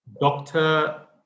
Doctor